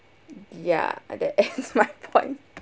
ya uh that is my point